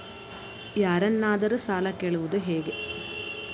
ಯಾರನ್ನಾದರೂ ಸಾಲ ಕೇಳುವುದು ಹೇಗೆ?